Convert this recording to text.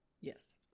yes